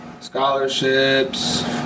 scholarships